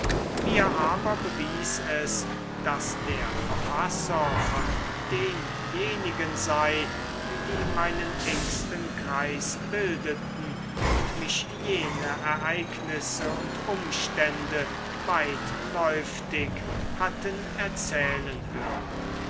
mir aber bewies es daß der verfasser von denjenigen sei die meinen engsten kreis bildeten und mich jene ereignisse und umstände weitläuftig hatten erzählen hören